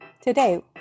Today